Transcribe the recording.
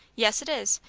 yes, it is.